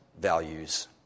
values